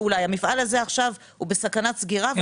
המפעל הזה עכשיו בסכנת סגירה.